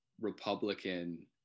Republican